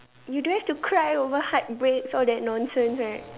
you don't have to cry over heartbreaks all that nonsense right